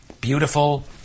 beautiful